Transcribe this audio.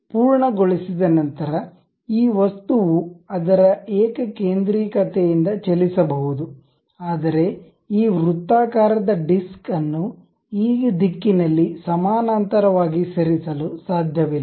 ನೀವು ಪೂರ್ಣಗೊಳಿಸಿದ ನಂತರ ಈ ವಸ್ತುವು ಅದರ ಏಕಕೇಂದ್ರಿಕತೆಯಿಂದ ಚಲಿಸಬಹುದು ಆದರೆ ಈ ವೃತ್ತಾಕಾರದ ಡಿಸ್ಕ್ ಅನ್ನು ಈ ದಿಕ್ಕಿನಲ್ಲಿ ಸಮಾನಾಂತರವಾಗಿ ಸರಿಸಲು ಸಾಧ್ಯವಿಲ್ಲ